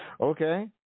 Okay